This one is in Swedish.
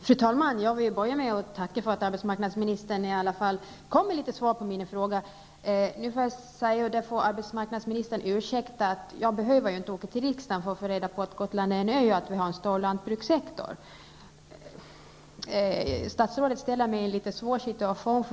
Fru talman! Jag vill börja med att tacka för att arbetsmarknadsministern i alla fall har gett svar på en del av mina frågor. Arbetsmarknadsministern må förlåta mig om jag säger att jag ju inte behöver åka till riksdagen för att få reda på att Gotland är en ö och att vi på Gotland har en stor lantbrukssektor. Statsrådet försätter mig i en ganska svår situation.